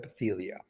epithelia